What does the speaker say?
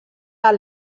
del